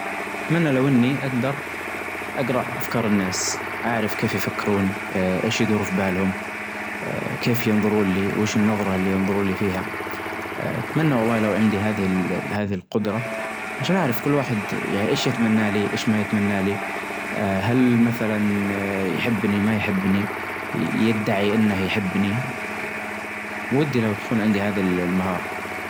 اتمنى لو اني اقدر اجرا افكار الناس اعرف كيف يفكرون ايش يدور في بالهم كيف ينظرون لي? وش النظرة اللي ينظرون لي فيها? اتمنى والله لو عندي هذه ال هذه القدرة عشان اعرف كل واحد يعني ايش يتمنى لي ايش ما يتمنى لي? هل مثلا يحبني ما يحبني يدعي انه يحبني ودي لو تكون عندي هذي المهارة